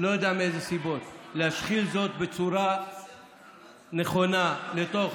לא יודע מאילו סיבות, להשחיל זאת בצורה נכונה לתוך